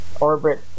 orbit